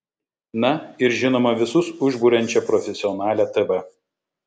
na ir žinoma visus užburiančią profesionalią tv